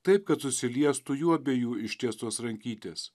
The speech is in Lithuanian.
taip kad susiliestų jų abiejų ištiestos rankytės